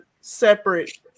Separate